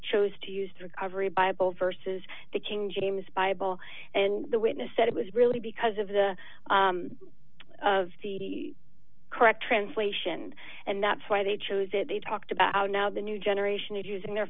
chose to use the recovery bible verses the king james bible and the witness said it was really because of the of the correct translation and that's why they chose it they talked about how now the new generation is using their